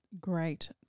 Great